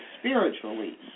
spiritually